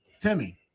Timmy